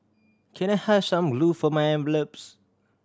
can I have some glue for my envelopes